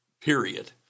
Period